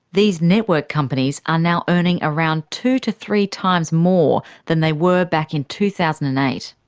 these network companies are now earning around two to three times more than they were back in two thousand and eight.